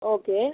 okay